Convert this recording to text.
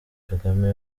kagame